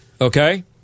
okay